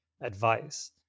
advice